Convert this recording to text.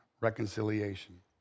reconciliation